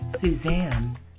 Suzanne